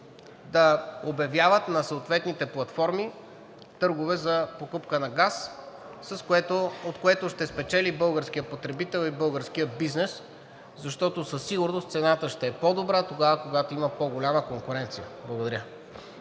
да обявяват на съответните платформи търгове за покупка на газ, от което ще спечели българският потребител и българският бизнес, защото със сигурност цената ще е по-добра – тогава, когато има по-голяма конкуренция. Благодаря.